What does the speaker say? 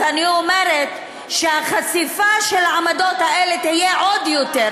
אז אני אומרת שהחשיפה של העמדות האלה תהיה עוד יותר,